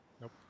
Nope